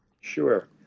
Sure